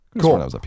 Cool